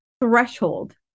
threshold